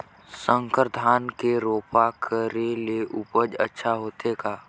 संकर धान के रोपा करे ले उपज अच्छा होथे का?